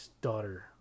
daughter